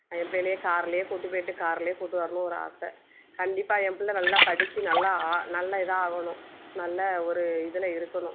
என் பிள்ளைகலே காரிலே கூட்டி போய்ட்டு காரிலே கூட்டி வரணும் ஒரு ஆசை கண்டிப்பாக என் பிள்ளை நல்லா படிச்சு நல்லா ஆ நல்ல இதாக ஆகணும் நல்ல ஒரு இதில் இருக்கணும்